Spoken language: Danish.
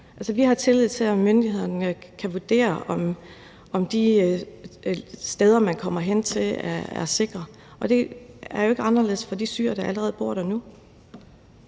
Vi har tillid til, at myndighederne kan vurdere, om de steder, man kommer hen til, er sikre. Det er jo ikke anderledes for de syrere, der allerede bor der nu.